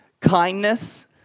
kindness